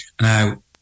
Now